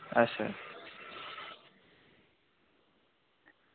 अच्छा